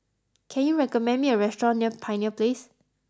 can you recommend me a restaurant near Pioneer Place